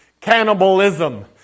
cannibalism